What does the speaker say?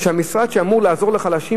שהמשרד שאמור לעזור לחלשים,